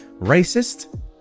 racist